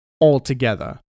altogether